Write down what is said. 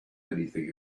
anything